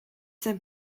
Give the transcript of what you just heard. zijn